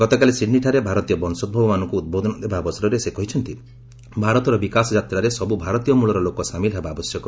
ଗତକାଲି ସିଡ୍ନୀଠାରେ ଭାରତୀୟ ବଂଶୋଭବମାନଙ୍କୁ ଉଦ୍ବୋଧନ ଦେବା ଅବସରରେ ସେ କହିଛନ୍ତି ଭାରତର ବିକାଶ ଯାତ୍ରାରେ ସବ୍ ଭାରତୀୟ ମଳର ଲୋକ ସାମିଲ ହେବା ଆବଶ୍ୟକ